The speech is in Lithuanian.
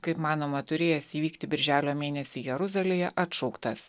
kaip manoma turėjęs įvykti birželio mėnesį jeruzalėje atšauktas